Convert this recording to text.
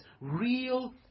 real